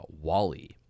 Wally